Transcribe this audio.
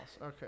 Okay